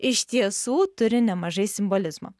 iš tiesų turi nemažai simbolizmo